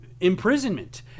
imprisonment